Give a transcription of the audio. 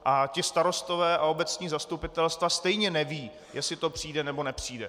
A ti starostové a obecní zastupitelstva stejně nevědí, jestli to přijde, nebo nepřijde.